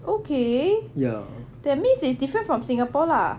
okay that means it's different from singapore lah